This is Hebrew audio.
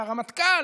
את הרמטכ"ל